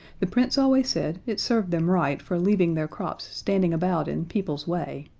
the prince always said it served them right for leaving their crops standing about in people's way,